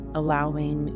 allowing